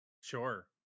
sure